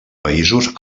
països